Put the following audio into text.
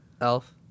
elf